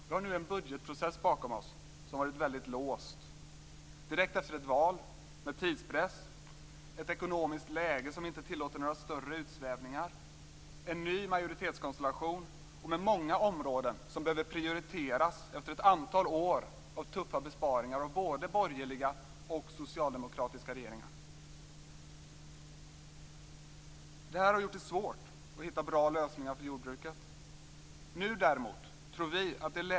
Direkt efter ett val, med tidspress, ett ekonomiskt läge som inte tillåter några större utsvävningar, en ny majoritetskonstellation och med många områden som behöver prioriteras efter ett antal år av tuffa besparingar, under både borgerliga och socialdemokratiska regeringar, har gjort det svårt att hitta bra lösningar för jordbruket.